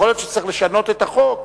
יכול להיות שצריך לשנות את החוק,